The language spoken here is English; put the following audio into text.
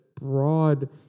broad